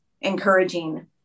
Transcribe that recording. encouraging